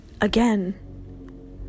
again